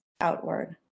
outward